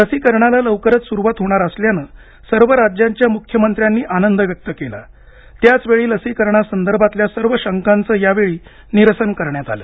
लसीकरणाला लवकरच सुरुवात होणार असल्यानं सर्व राज्याच्या मुख्यमंत्र्यांनी आनंद व्यक्त केला त्याचवेळी लसीकरणासंदर्भातल्या सर्व शंकांचं यावेळी निरसन करण्यात आलं